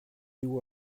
you